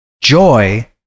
joy